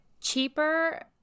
cheaper